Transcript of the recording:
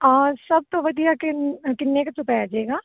ਸਭ ਤੋਂ ਵਧੀਆ ਕਿੰਨ ਕਿੰਨੇ ਕੁ 'ਚ ਪੈ ਜੇਗਾ